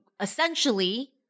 essentially